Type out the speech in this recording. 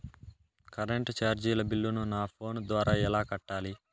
Current చార్జీల బిల్లును, నా ఫోను ద్వారా ఎలా కట్టాలి?